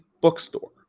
bookstore